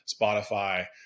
Spotify